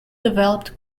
developed